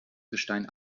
gestein